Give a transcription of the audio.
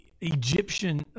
Egyptian